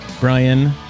Brian